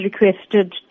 requested